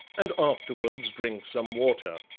and afterwards drink some water.